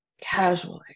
casually